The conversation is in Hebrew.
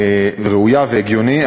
ראוי והגיוני.